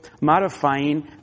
modifying